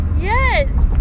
Yes